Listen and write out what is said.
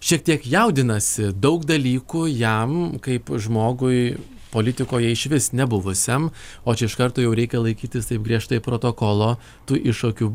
šiek tiek jaudinasi daug dalykų jam kaip žmogui politikoje išvis nebuvusiam o čia iš karto jau reikia laikytis taip griežtai protokolo tų iššūkių